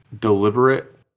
deliberate